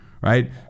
right